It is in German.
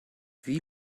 wie